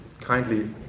kindly